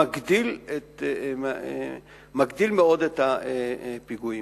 מגדיל מאוד את הפיגועים.